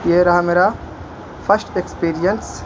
یہ رہا میرا فسٹ ایکسپیریئنس